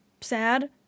sad